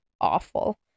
Awful